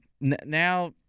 now –